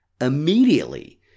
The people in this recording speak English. Immediately